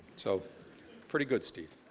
so pretty good, steve.